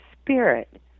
spirit